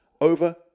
over